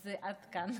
את כאן.